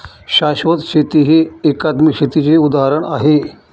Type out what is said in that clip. शाश्वत शेती हे एकात्मिक शेतीचे उदाहरण आहे